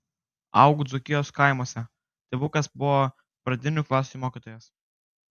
augau dzūkijos kaimuose tėvukas buvo pradinių klasių mokytojas